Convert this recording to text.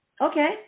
Okay